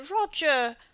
roger